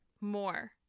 More